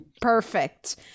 Perfect